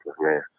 man